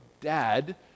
dad